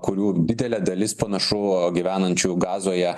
kurių didelė dalis panašu gyvenančių gazoje